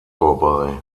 vorbei